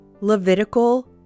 Levitical